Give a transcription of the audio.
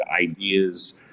ideas